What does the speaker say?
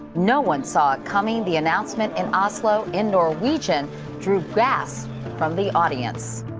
no one saw it coming. the announcement in oslo, in norwegian drew gasps from the audience.